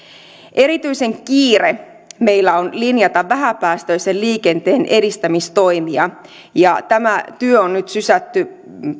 erityisen kiire meillä on linjata vähäpäästöisen liikenteen edistämistoimia ja tämä työ on nyt sysätty